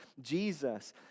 Jesus